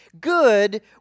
good